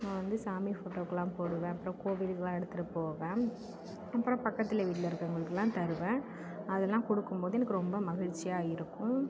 நான் வந்து சாமி போட்டோக்கெலாம் போடுவேன் அப்புறம் கோவிலுக்கெலாம் எடுத்துகிட்டு போவேன் அப்புறம் பக்கத்தில் வீட்டில் இருக்கிறவங்களுக்குலாம் தருவேன் அதெலாம் கொடுக்கும் போது எனக்கு ரொம்ப மகிழ்ச்சியாக இருக்கும்